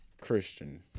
christian